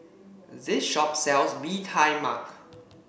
this shop sells Bee Tai Mak